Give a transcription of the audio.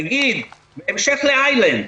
נגיד בהמשך לדבריו של איילנד.